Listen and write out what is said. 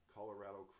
Colorado